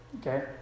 Okay